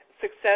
Success